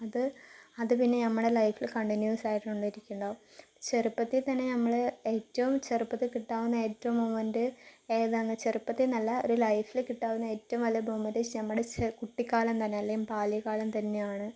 അത് അത് പിന്നെ നമ്മുടെ ലൈഫിൽ കൺട്ടിന്യുവസ്സായിട്ട് ഉണ്ടായിട്ടിരിക്കുന്നുണ്ടാകും ചെറുപ്പത്തിൽ തന്നെ നമ്മൾ ഏറ്റവും ചെറുപ്പത്തിൽ കിട്ടാവുന്ന ഏറ്റവും മോമെൻറ്റ് ഏതാണെന്നു വെച്ചാൽ ചെറുപ്പത്തിൽ നല്ല ഒരു ലൈഫിൽ കിട്ടാവുന്ന ഏറ്റവും വലിയ ബഹുമതി നമ്മുടെ സെ കുട്ടിക്കാലം തന്നെയല്ലെങ്കിൽ ബാല്യകാലം തന്നെയാണ്